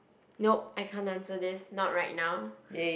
nope I can't answer this not right now